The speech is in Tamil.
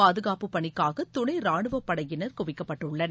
பாதுகாப்பு பணிக்காக துணை ராணுவப்படையினர் குவிக்கப்பட்டுள்ளனர்